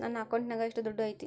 ನನ್ನ ಅಕೌಂಟಿನಾಗ ಎಷ್ಟು ದುಡ್ಡು ಐತಿ?